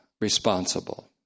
responsible